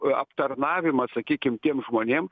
aptarnavimą sakykim tiem žmonėm